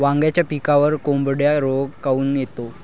वांग्याच्या पिकावर बोकड्या रोग काऊन येतो?